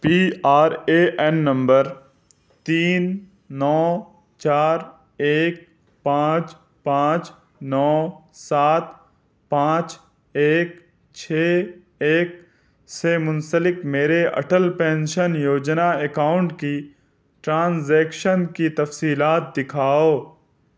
P R A N نمبر تین نو چار ایک پانچ پانچ نو سات پانچ ایک چھ ایک سے منسلک میرے اٹل پینشن یوجنا اکاؤنٹ کی ٹرانزیکشن کی تفصیلات دکھاؤ